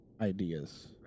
ideas